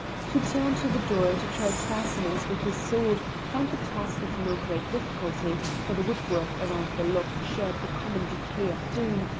he turned to the door to try its fastenings with his sword, found the task of no great difficulty, for the woodwork round the lock shared the common decay of doom,